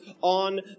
on